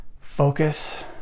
focus